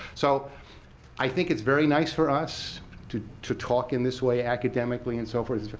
so i think it's very nice for us to to talk in this way, academically and so forth,